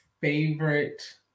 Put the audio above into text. favorite